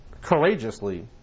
courageously